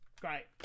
Great